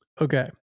Okay